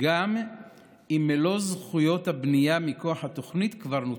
גם אם מלוא זכויות הבנייה מכוח התוכנית כבר נוצלו.